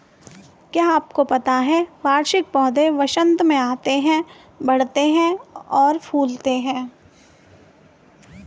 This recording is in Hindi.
क्या आपको पता है वार्षिक पौधे वसंत में आते हैं, बढ़ते हैं, फूलते हैं?